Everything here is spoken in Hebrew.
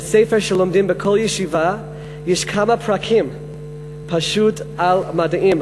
ובספר שלומדים בכל ישיבה יש כמה פרקים פשוט על מדעים,